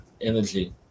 energy